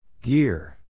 Gear